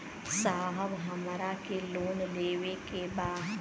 साहब हमरा के लोन लेवे के बा